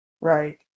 Right